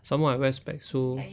somemore I wear specs so